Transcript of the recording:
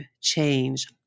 change